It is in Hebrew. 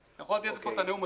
יכול לתת לך את הנאום ציוני,